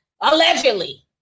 Allegedly